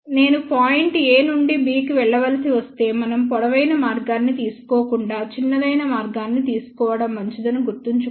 నేను point a నుండి b కి వెళ్ళవలసి వస్తే మనం పొడవైన మార్గాన్ని తీసుకోకుండా చిన్నదైన మార్గాన్ని తీసుకోవడం మంచిదని గుర్తుంచుకోండి